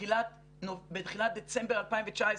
בתחילת דצמבר 2019,